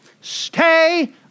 Stay